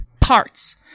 parts